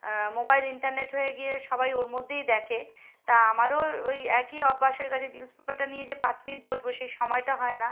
mobile internet হয়ে গিয়ে সবাই ওর মধ্যেই দেখে তা আমারও ওই একই অভ্যাস হয়ে গেছে নিউজ পেপারটা নিয়ে যে পাঁচ মিনিট বসবো সেই সময়টা হয় না